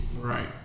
Right